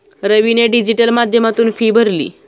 रवीने डिजिटल माध्यमातून फी भरली